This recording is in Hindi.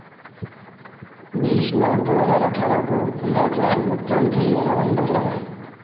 बीस नौ दो हज़ार अठारह को लैडलाइन भुग्तान के लिए लवंडर लगाएँ